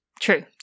true